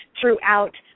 throughout